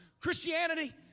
Christianity